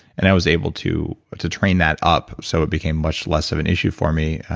and i was able to to train that up, so it became much less of an issue for me,